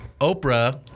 Oprah